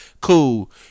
cool